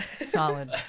Solid